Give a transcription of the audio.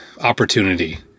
opportunity